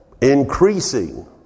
increasing